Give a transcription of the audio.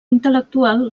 intel·lectual